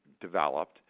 developed